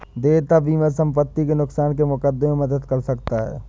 देयता बीमा संपत्ति के नुकसान के मुकदमे में मदद कर सकता है